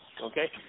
okay